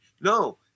No